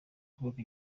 kubaka